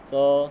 so